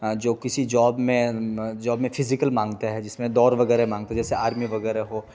جو کسی جاب میں جاب میں فزیکل مانگتے ہے جس میں دوڑ وغیرہ مانگتا ہے جیسے آرمی وغیرہ ہو